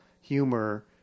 humor